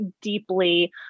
deeply